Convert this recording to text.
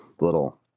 little